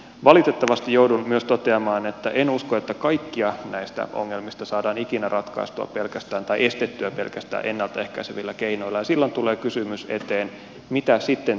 valitettavasti joudun myös toteamaan että en usko että kaikkia näistä ongelmista saadaan ikinä estettyä pelkästään ennalta ehkäisevillä keinoilla ja silloin tulee kysymys eteen mitä sitten tehdään